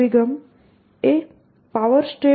national aeronautics and space administration you